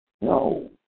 no